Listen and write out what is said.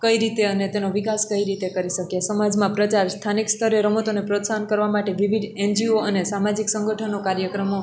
કઈ રીતે અને તેનો વિકાસ કઈ રીતે કરી શકીએ સમાજમાં પ્રચાર સ્થાનિક સ્તરે રમતોને પ્રોત્સાહન કરવા માટે વિવિધ એનજીઓ અને સામાજિક સંગઠનો કાર્યક્રમો